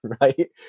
Right